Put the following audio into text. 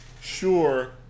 sure